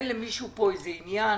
אין למישהו פה עניין